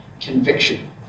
conviction